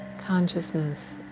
consciousness